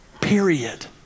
period